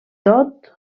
tot